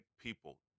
people